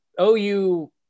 OU